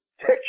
take